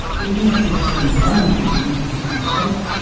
even if you have only one gene, and seem safe,